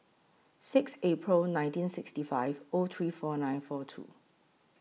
six April nineteen sixty five O three four nine four two